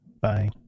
Bye